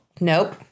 nope